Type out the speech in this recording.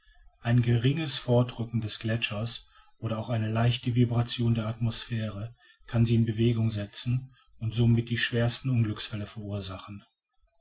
ein geringes fortrücken des gletschers oder auch eine leichte vibration der atmosphäre kann sie in bewegung setzen und somit die schwersten unglücksfälle verursachen